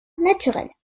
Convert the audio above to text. naturelle